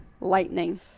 lightning